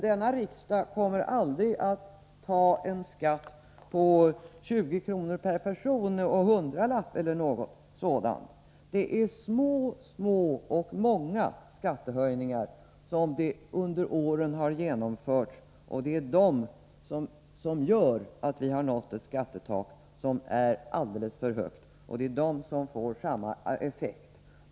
Denna riksdag kommer aldrig att besluta om en skatt på 20 kr. per person och hundralapp eller något sådant. Det är de små, små men många skattehöjningar som under åren har genomförts som har gjort att vi har nått ett skattetak som är alldeles för högt — de får denna effekt.